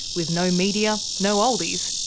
with no media, no oldies,